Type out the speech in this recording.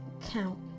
count